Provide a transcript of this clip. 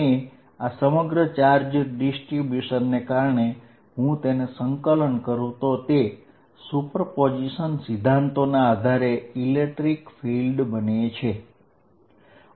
અને આ તમામ ચાર્જ ડિસ્ટ્રીબ્યુશન ને કારણે આ સુપરપોઝીશન સિદ્ધાંતના આધારે વિદ્યુતક્ષેત્ર બને છે